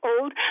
old